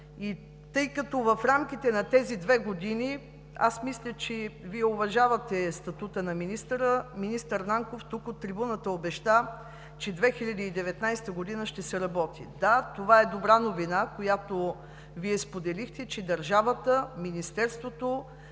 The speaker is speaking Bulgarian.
Тъй като в рамките на тези две години – аз мисля, че Вие уважавате статута на министъра, министър Нанков тук от трибуната обеща, че 2019 г. ще се работи. Да, това е добра новина, която Вие споделихте, че държавата, Министерството,